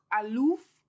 aloof